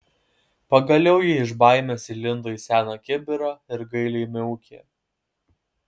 pagaliau ji iš baimės įlindo į seną kibirą ir gailiai miaukė